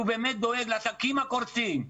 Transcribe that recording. שהוא באמת דואג לעסקים הקורסים,